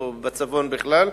או בצפון בכלל.